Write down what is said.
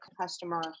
customer